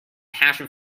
passion